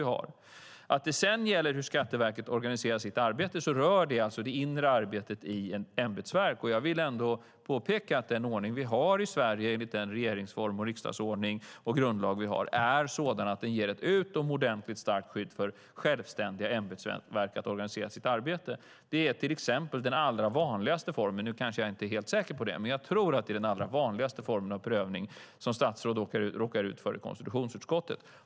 I fråga om hur Skatteverket organiserar sitt arbete rör detta det inre arbetet i ett ämbetsverk. Jag vill ändå påpeka att den ordning vi har i Sverige enligt regeringsformen, riksdagsordningen och grundlagen är sådan att den ger ett utomordentligt starkt skydd för självständiga ämbetsverk att organisera sitt arbete. Det är till exempel den allra vanligaste formen - nu är jag inte helt säker på det, men jag tror att det är den vanligaste formen - av prövning som statsråd råkar ut för i konstitutionsutskottet.